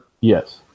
Yes